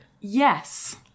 Yes